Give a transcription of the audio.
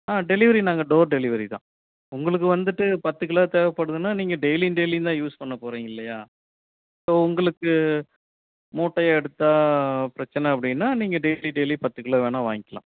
ஆ delivery நாங்கள் door delivery தான் உங்களுக்கு வந்துட்டு பத்து கிலோ தேவைப்படுதுன்னா நீங்கள் டெய்லியும் டெய்லியும் தான் யூஸ் பண்ண போகிறீங்க இல்லையா ஸோ உங்களுக்கு மூட்டையாக எடுத்தால் பிரச்சின அப்படின்னா நீங்கள் டெய்லி டெய்லி பத்து கிலோ வேணால் வாங்கிக்கலாம்